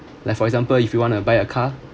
like for example if you want to buy a car